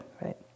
right